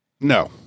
No